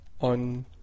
on